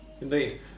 Indeed